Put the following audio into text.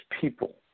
people